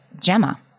Gemma